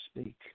speak